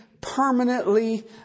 Permanently